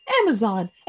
Amazon